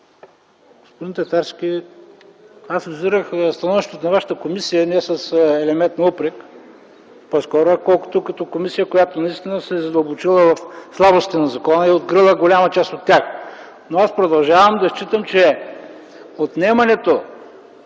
Господин Татарски, аз визирах становището на вашата комисия не с елемент на упрек, като комисия, която наистина се е задълбочила в слабостите на закона и открива голяма част от тях. Но аз продължавам да считам, че отнемането,